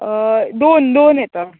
दोन दोन येता